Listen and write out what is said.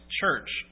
church